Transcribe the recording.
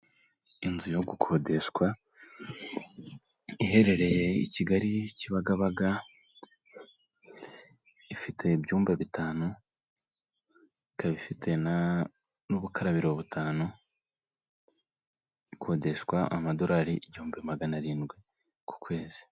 Inzu yo gukodeshwa, iherereye i Kigali Kibagabaga, ifite ibyumba bitanu, ikabifite n'ubukarabiro butanu, ikodeshwa amadolari igihumbi magana arindwi ku kwezi.